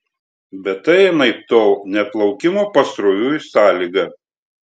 bet tai anaiptol ne plaukimo pasroviui sąlyga